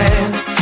Dance